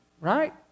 Right